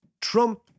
Trump